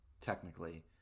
technically